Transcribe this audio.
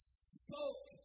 spoke